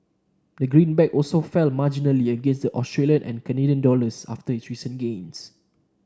the green back also fell marginally against the Australian and Canadian dollars after its recent gains